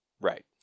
Right